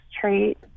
trait